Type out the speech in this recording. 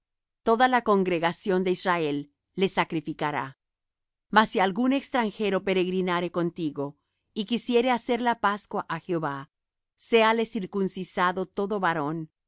toda la congregación de israel le sacrificará mas si algún extranjero peregrinare contigo y quisiere hacer la pascua á jehová séale circuncidado todo varón y